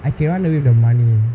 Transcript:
I can run away with the money